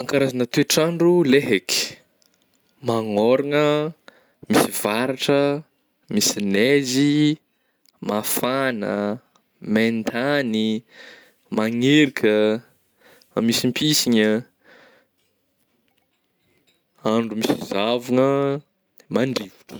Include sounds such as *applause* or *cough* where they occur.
An karazagna toe-trandro le haiky magnôragna, misy varatra, misy neizy, mafagna, meintagny, magnerika, mamisimpisigna, *noise* andro misy zavogna, mandrivotra.